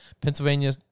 Pennsylvania